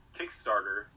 Kickstarter